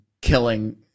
killing